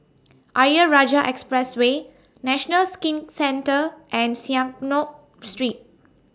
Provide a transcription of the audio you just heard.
Ayer Rajah Expressway National Skin Centre and Street